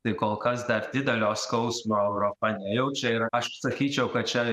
tai kol kas dar didelio skausmo europa nejaučia ir aš sakyčiau kad čia